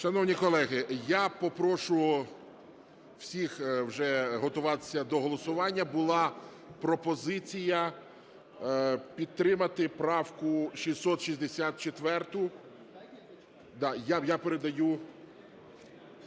Шановні колеги, я попрошу всіх вже готуватися до голосування. Була пропозиція підтримати правку 664.